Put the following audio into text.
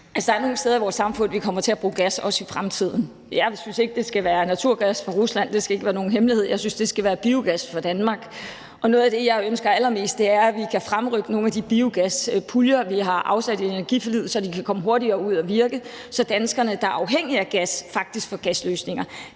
der er nogle steder i vores samfund, hvor vi kommer til at bruge gas også i fremtiden. Jeg synes ikke, det skal være naturgas fra Rusland; det skal ikke være nogen hemmelighed. Jeg synes, det skal være biogas fra Danmark, og noget af det, jeg ønsker allermest, er, at vi kan fremrykke nogle af de biogaspuljer, vi har afsat i energiforliget, så de kan komme hurtigere ud at virke, så danskerne, der er afhængige af gas, faktisk får gasløsninger.